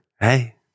Hey